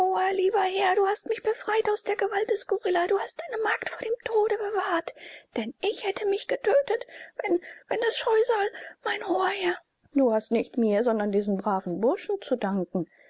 lieber herr du hast mich befreit aus der gewalt des gorilla du hast deine magd vor dem tode bewahrt denn ich hätte mich getötet wenn wenn das scheusal mein hoher herr du hast nicht mir sondern diesem braven burschen zu danken